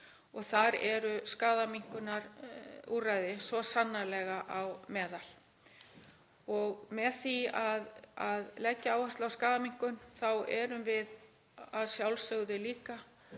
og þar eru skaðaminnkunarúrræði svo sannarlega á meðal. Með því að leggja áherslu á skaðaminnkun þá erum við að sjálfsögðu líka